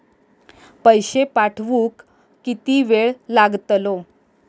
पैशे पाठवुक किती वेळ लागतलो?